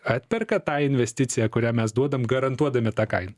atperka tą investiciją kurią mes duodam garantuodami tą kainą